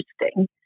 interesting